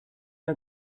are